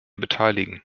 beteiligen